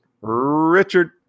Richard